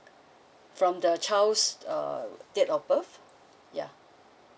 from the child's uh date of birth yeah